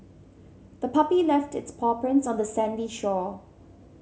the puppy left its paw prints on the sandy shore